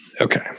okay